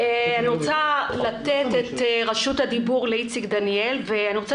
אני רוצה לתת את רשות הדיבור לאיציק דניאל ואני מבקשת